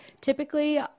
Typically